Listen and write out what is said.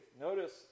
Notice